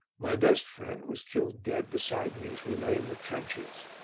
my best friend was killed dead beside me as we lay in the trenches.